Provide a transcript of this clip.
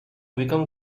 become